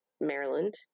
Maryland